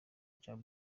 ngo